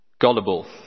gullible